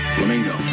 Flamingo